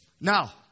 Now